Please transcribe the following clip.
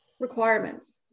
requirements